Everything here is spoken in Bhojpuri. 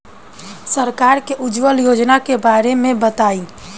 सरकार के उज्जवला योजना के बारे में बताईं?